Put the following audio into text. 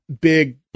big